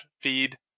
feed